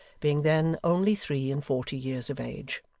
being then only three-and-forty years of age.